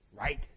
right